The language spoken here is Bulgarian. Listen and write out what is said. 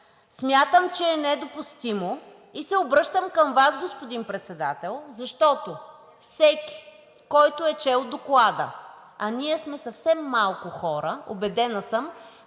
смятам, че е недопустимо. Обръщам се към Вас, господин Председател, защото всеки, който е чел Доклада, а ние сме съвсем малко хора – убедена съм,